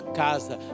casa